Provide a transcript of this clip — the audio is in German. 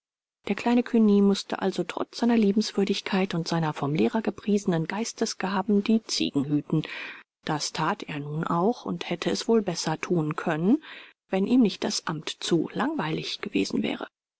der kleine cugny mußte also trotz seiner liebenswürdigkeit und seiner vom lehrer gepriesenen geistesgaben die ziegen hüten das that er nun auch und hätte es wohl besser thun können wenn ihm nicht das amt zu langweilig gewesen wäre